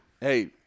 hey